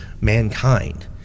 mankind